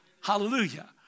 Hallelujah